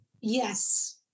yes